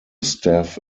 staff